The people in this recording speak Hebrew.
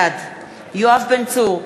בעד יואב בן צור,